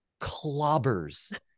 clobbers